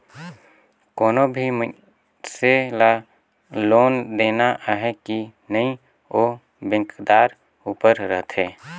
कोनो भी मइनसे ल लोन देना अहे कि नई ओ बेंकदार उपर रहथे